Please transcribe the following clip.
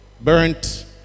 burnt